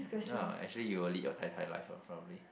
no lah actually you will lead your tai tai life ah probably